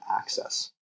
access